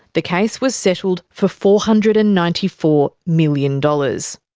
the case was settled for four hundred and ninety four million dollars.